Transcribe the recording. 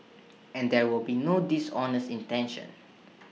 and there will be no dishonest intention